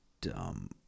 dumb